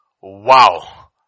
Wow